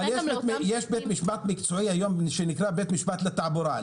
אבל יש בית משפט מקצועי היום שנקרא בית משפט לתעבורה.